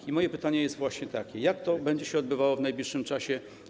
I moje pytanie jest właśnie takie: Jak to będzie się odbywało w najbliższym czasie?